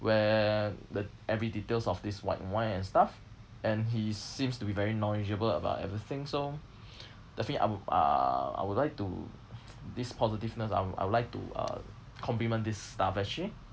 where the every details of this white wine and stuff and he seems to be very knowledgeable about everything so definitely I'm uh I would like to this positiveness I would I would like to uh compliment this staff actually